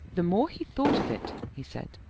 the more he thought of it, he said,